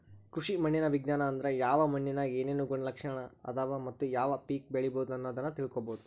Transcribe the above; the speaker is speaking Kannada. ಕೃಷಿ ಮಣ್ಣಿನ ವಿಜ್ಞಾನ ಅಂದ್ರ ಯಾವ ಮಣ್ಣಿನ್ಯಾಗ ಏನೇನು ಗುಣಲಕ್ಷಣ ಅದಾವ ಮತ್ತ ಯಾವ ಪೇಕ ಬೆಳಿಬೊದು ಅನ್ನೋದನ್ನ ತಿಳ್ಕೋಬೋದು